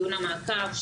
דיון המעקב,